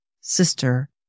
sister